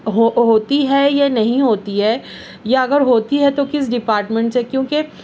ہو ہوتی ہے یا نہیں ہوتی ہے یا اگر ہوتی ہے تو کس ڈپارٹمنٹ سے کیونکہ